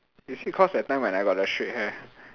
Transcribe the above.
you see cause that time when I got the straight hair